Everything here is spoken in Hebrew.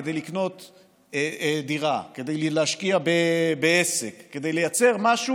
כדי לקנות דירה, כדי להשקיע בעסק, כדי לייצר משהו